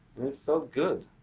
and it felt good.